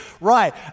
right